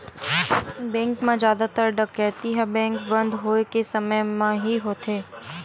bank म जादातर डकैती ह बेंक बंद होए के समे म ही होथे